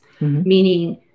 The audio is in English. meaning